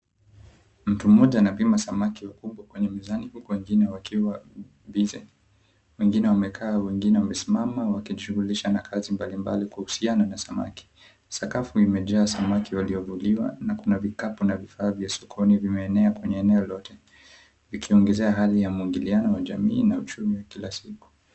Mtu mmoja anapima samaki wakubwa kwenye mizani huku wengine wakiwa busy ; wengine wamekaa, wengine wamesimama wakishughulisha na kazi mbalimbali kuhusiana na samaki. Sakafu imejaa samaki waliovuliwa na kuna vikapu na vifaa vya sokoni vimeenea kwenye eneo lote vikiongezea hali ya muingiliano wa jamii na uchumi wa kila siku.